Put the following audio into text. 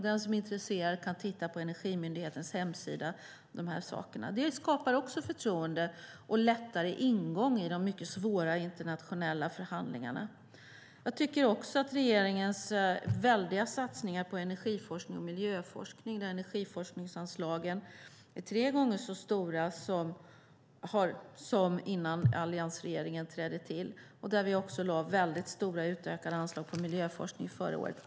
Den som är intresserad kan titta på de här sakerna på Energimyndighetens hemsida. De skapar också förtroende och en lättare ingång i de mycket svåra internationella förhandlingarna. Det handlar även om regeringens väldiga satsningar på energiforskning och miljöforskning, där energiforskningsanslagen är tre gånger så stora som innan alliansregeringen trädde till och där vi också lade väldigt stora utökade anslag på miljöforskning förra året.